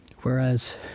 Whereas